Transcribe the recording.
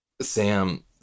sam